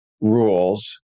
rules